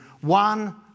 One